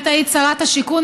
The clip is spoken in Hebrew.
את הייתי שרת השיכון,